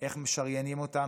איך משריינים אותם,